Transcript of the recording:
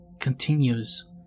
continues